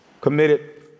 committed